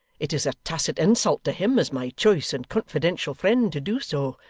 it is a tacit insult to him as my choice and confidential friend to do so,